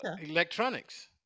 electronics